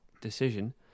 decision